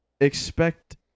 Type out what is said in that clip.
expect